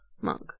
monk